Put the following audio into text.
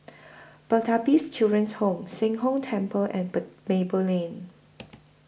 Pertapis Children's Home Sheng Hong Temple and Per Maple Lane